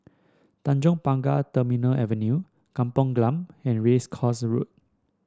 Tanjong Pagar Terminal Avenue Kampung Glam and Race Course Road